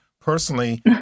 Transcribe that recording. personally